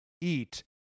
eat